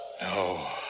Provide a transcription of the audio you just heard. No